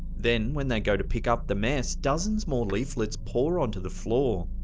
then when they go to pick up the mess, dozens more leaflets pour onto the floor.